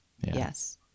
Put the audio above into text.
Yes